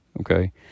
Okay